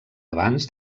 abans